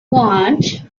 want